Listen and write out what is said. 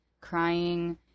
crying